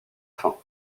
fin